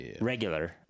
regular